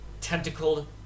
tentacled